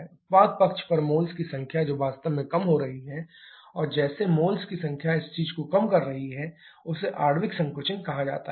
उत्पाद पक्ष पर मोल्स की संख्या जो वास्तव में कम हो रही है और जैसे मोल्स की संख्या इस चीज को कम कर रही है उसे आणविक संकुचन कहा जाता है